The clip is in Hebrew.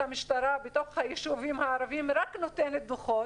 המשטרה בתוך היישובים הערביים רק נותנת דוחות,